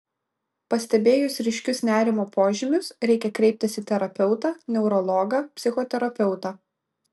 pastebėjus ryškius nerimo požymius reikia kreiptis į terapeutą neurologą psichoterapeutą